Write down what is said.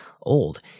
old